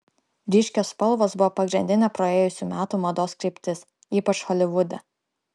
ryškios spalvos buvo pagrindinė praėjusių metų mados kryptis ypač holivude